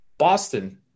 Boston